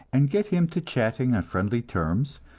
and get him to chatting on friendly terms,